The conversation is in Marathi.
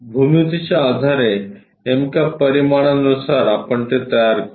भूमितीच्या आधारे नेमक्या परिमाणांनुसार आपण ते तयार करू